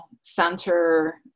center